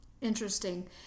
interesting